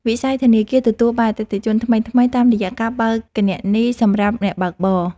វិស័យធនាគារទទួលបានអតិថិជនថ្មីៗ តាមរយៈការបើកគណនីសម្រាប់អ្នកបើកបរ។